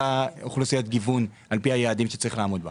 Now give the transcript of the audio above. אוכלוסיית גיוון על פי היעדים שצריך לעמוד בהם.